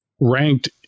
ranked